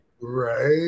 Right